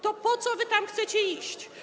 To po co wy tam chcecie iść?